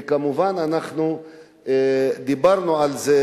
וכמובן אנחנו דיברנו על זה,